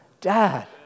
dad